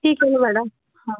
ठीक आहे मॅडम